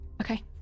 Okay